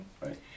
right